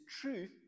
truth